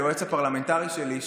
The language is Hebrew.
היועץ הפרלמנטרי שלי,